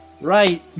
Right